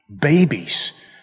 babies